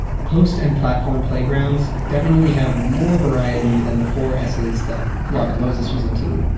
post and platform playgrounds definitely have more variety than the four s's that robert moses was into.